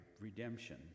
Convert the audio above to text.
redemption